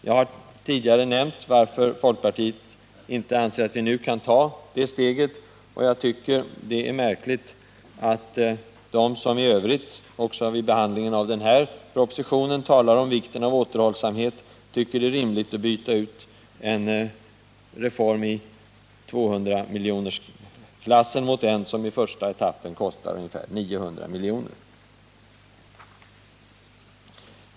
Jag har tidigare nämnt varför folkpartiet inte anser att vi nu kan ta det steget, och jag tycker det är märkligt att de som i övrigt — också vid behandlingen av den här propositionen — talar om vikten av återhållsamhet tycker att det är rimligt att byta ut en reform i 200-miljonersklassen mot en som i första etappen kostar ungefär 900 miljoner.